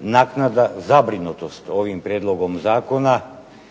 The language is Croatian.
naknadna zabrinutost ovim prijedlogom zakona